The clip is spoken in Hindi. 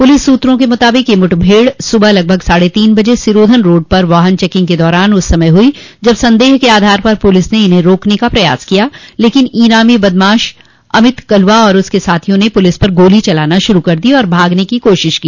पुलिस सूत्रों के मुताबिक यह मुठभेड़ सुबह लगभग साढ़े तीन बजे सिरोधन रोड पर वाहन चेकिंग के दौरान उस समय हुई जब संदेह के आधार पर पुलिस ने इन्हें रोकने का प्रयास किया लेकिन इनामी बदमाश अमित कलवा और उसके साथी ने पुलिस पर गोली चलाना शुरू कर दी और भागने की कोशिश की